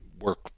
work